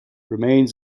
remains